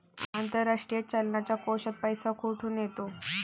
आंतरराष्ट्रीय चलनाच्या कोशात पैसा कुठून येतो?